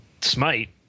Smite